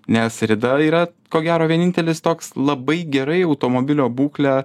nes rida yra ko gero vienintelis toks labai gerai automobilio būklę